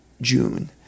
June